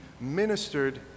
ministered